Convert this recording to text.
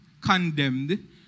condemned